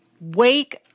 wake